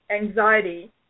anxiety